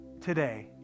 today